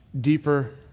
deeper